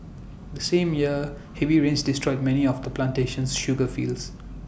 the same year heavy rains destroyed many of the plantation's sugar fields